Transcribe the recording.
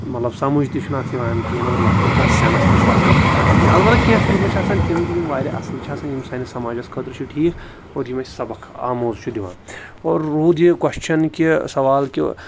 مطلب سَمٕجھ تہِ چھُنہٕ اَتھ یِوان کِہیٖنۍ اور یَتھ نہٕ کانٛہہ سٮ۪نٕس تہِ چھُ آسان کِہیٖنۍ البتہ کینٛہہ فِلمہٕ چھِ آسان تِم تہِ یِم واریاہ اَصٕل چھِ آسان یِم سٲنِس سماجَس خٲطرٕ چھِ ٹھیٖک اور یِم أسۍ سبق آموز چھُ دِوان اور روٗد یہِ کوٚسچَن کہِ سوال کہِ